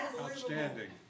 Outstanding